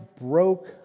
broke